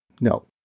No